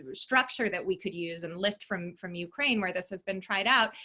ah structure that we could use and lift from from ukraine, where this has been tried out,